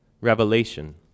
revelation